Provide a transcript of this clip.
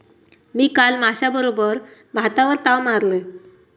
मी काल माश्याबरोबर भातावर ताव मारलंय